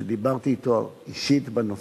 שדיברתי אתו אישית בנושא,